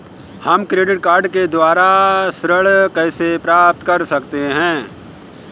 हम credit card के द्वारा ऋण कैसे प्राप्त कर सकते हैं?